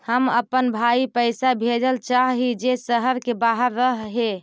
हम अपन भाई पैसा भेजल चाह हीं जे शहर के बाहर रह हे